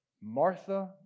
Martha